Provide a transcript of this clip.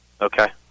Okay